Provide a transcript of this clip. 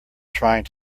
trying